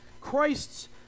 Christ's